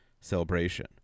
celebration